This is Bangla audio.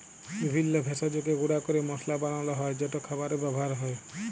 বিভিল্য ভেষজকে গুঁড়া ক্যরে মশলা বানালো হ্যয় যেট খাবারে ব্যাবহার হ্যয়